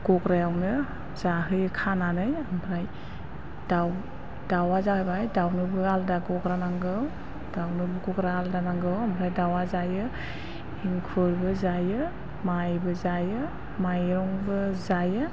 गग्रायावनो जाहोयो खानानै ओमफ्राय दाउ दाउआ जाबाय दाउनोबो आलदा गग्रा नांगौ दाउनोबो गग्रा आलदा नांगौ आमफ्राय दाउआ जायो एंखुरबो जायो माइबो जायो माइरंबो जायो